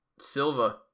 Silva